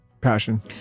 Passion